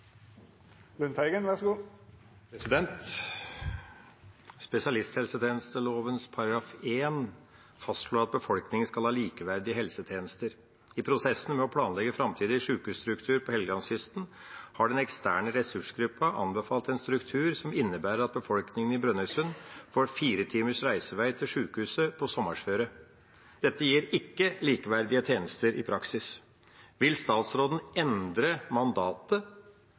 at befolkningen skal ha likeverdige helsetjenester. I prosessen med å planlegge fremtidig sykehusstruktur på Helgelandskysten har den eksterne ressursgruppa anbefalt en struktur som innebærer at befolkningen i Brønnøysund får fire timers reisevei til sykehuset på sommerføre. Dette gir ikke likeverdige tjenester i praksis. Vil statsråden endre mandatet